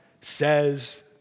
says